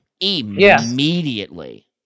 Immediately